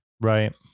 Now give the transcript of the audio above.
Right